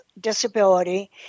disability